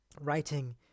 writing